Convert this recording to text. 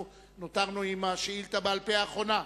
אנחנו נותרנו עם השאילתא בעל-פה האחרונה,